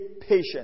patient